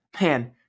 Man